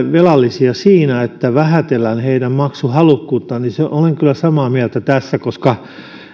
velallisia siinä että vähätellään heidän maksuhalukkuuttaan olen kyllä samaa mieltä koska